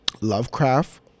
Lovecraft